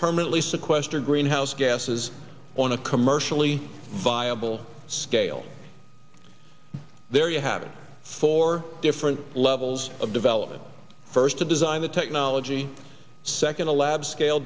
permanently sequester greenhouse gases on a commercially viable scale there you have it four different levels of development first to design the technology second the lab scale